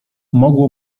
mogło